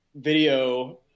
video